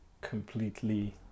completely